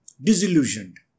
Disillusioned